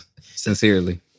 Sincerely